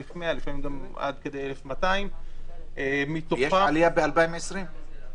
לפעמים עד 1,200. יש עלייה ב-2020?